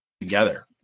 together